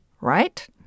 right